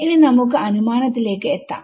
ഇനി നമുക്ക് അനുമാനത്തിലേക്ക് എത്താം